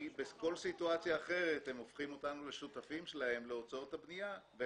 בכל סיטואציה אחרת הם הופכים אותנו לשותפים שלהם להוצאות הבנייה.